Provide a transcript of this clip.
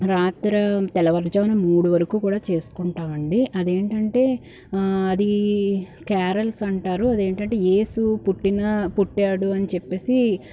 రాత్రి తెల్లవారుజామున మూడు వరకు కూడా చేస్కుంటామండీ అదేంటంటే అది క్యారల్స్ అంటారు అదేంటంటే ఏసు పుట్టిన పుట్టాడు అని చెప్పేసి